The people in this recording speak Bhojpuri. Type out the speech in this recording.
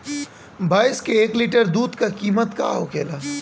भैंस के एक लीटर दूध का कीमत का होखेला?